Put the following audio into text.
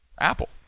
Apple